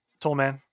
Tollman